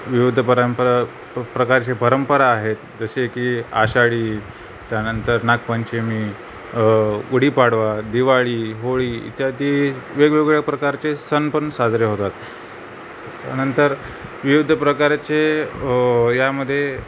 विविध परंपरा प्रकारचे परंपरा आहेत जसे की आषाडी त्यानंतर नागपंचमी गुढीपाडवा दिवाळी होळी इत्यादी वेगवेगळ्या प्रकारचे सण पण साजरे होतात त्यानंतर विविध प्रकारचे यामध्येे